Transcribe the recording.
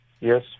yes